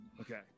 Okay